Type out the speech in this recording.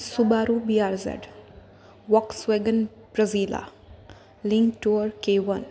Subaru BR Z Volkswagen Brasilia link tour કેવન